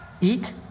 Eat